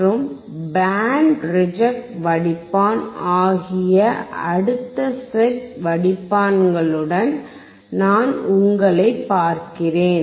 மற்றும் band reject வடிப்பான் ஆகிய அடுத்த செட் வடிப்பான்களுடன் நான் உங்களை பார்க்கிறேன்